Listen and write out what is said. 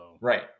Right